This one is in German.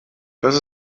das